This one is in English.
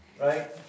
right